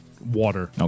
Water